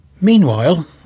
Meanwhile